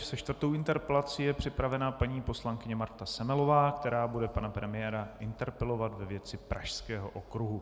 Se čtvrtou interpelací je připravena paní poslankyně Marta Semelová, která bude pana premiéra interpelovat ve věci Pražského okruhu.